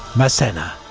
massena.